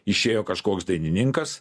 išėjo kažkoks dainininkas